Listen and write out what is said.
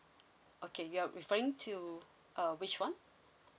okay you're referring to uh which one